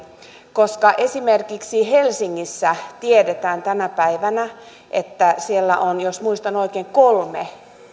esimerkiksi helsingissä tiedetään tänä päivänä että siellä on jos muistan oikein kolme